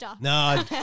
no